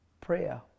prayer